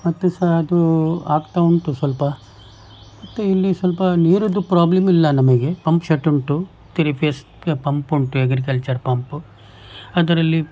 ಮತ್ತು ಸಹ ಅದು ಆಗ್ತಾ ಉಂಟು ಸ್ವಲ್ಪ ಮತ್ತು ಇಲ್ಲಿ ಸ್ವಲ್ಪ ನೀರಿದ್ದು ಪ್ರಾಬ್ಲಮಿಲ್ಲ ನಮಗೆ ಪಂಪ್ ಸೆಟುಂಟು ತ್ರೀ ಫೇಸ್ ಪಂಪುಂಟು ಎಗ್ರಿಕಲ್ಚರ್ ಪಂಪು ಅದರಲ್ಲಿ